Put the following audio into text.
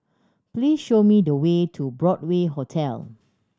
please show me the way to Broadway Hotel